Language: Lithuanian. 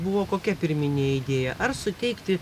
buvo kokia pirminė idėja ar suteikti